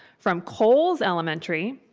from coles elementary,